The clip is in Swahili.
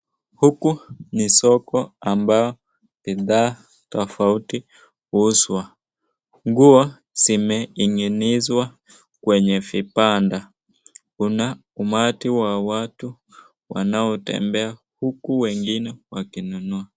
Huku ni soko ambao bidhaa tofauti huuswa, Nguo zimeinginiswa kwenye vibanda kuna umati wa watu wanaotembea huku wengine wakinunua.